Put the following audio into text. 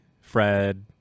Fred